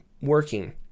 working